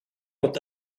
with